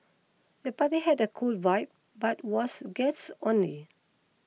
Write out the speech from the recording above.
the party had a cool vibe but was guests only